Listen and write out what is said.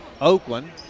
Oakland